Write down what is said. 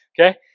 Okay